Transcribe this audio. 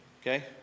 okay